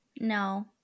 No